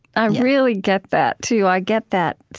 i really get that too. i get that,